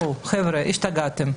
חבר'ה, השתגעתם.